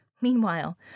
Meanwhile